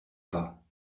pas